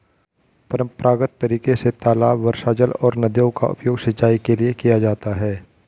परम्परागत तरीके से तालाब, वर्षाजल और नदियों का उपयोग सिंचाई के लिए किया जाता है